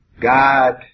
God